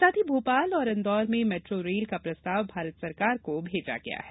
साथ ही भोपाल और इंदौर में मेट्रो रेल का प्रस्ताव भारत सरकार को भेजा गया है